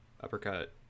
uppercut